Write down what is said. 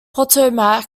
potomac